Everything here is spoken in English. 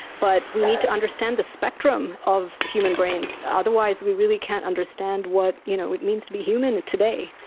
but we need to understand the spectrum of human brains, otherwise we really can't understand what you know it means to be human today.